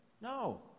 No